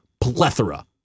plethora